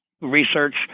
research